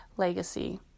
Legacy